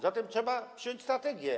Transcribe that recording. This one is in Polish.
Zatem trzeba przyjąć strategię.